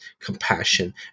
compassion